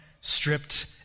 stripped